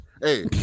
hey